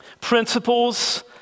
Principles